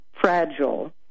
fragile